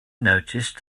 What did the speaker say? noticed